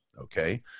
okay